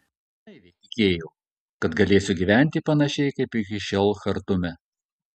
naiviai tikėjau kad galėsiu gyventi panašiai kaip iki šiol chartume